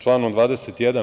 Članom 21.